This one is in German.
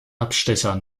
abstecher